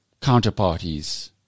counterparties